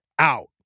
out